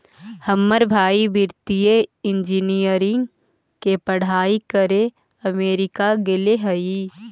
हमर भाई वित्तीय इंजीनियरिंग के पढ़ाई करे अमेरिका गेले हइ